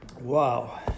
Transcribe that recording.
Wow